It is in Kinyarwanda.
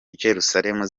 yerusalemu